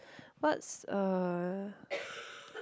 what's uh